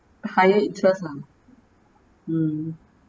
higher interest lah mm